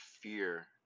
fear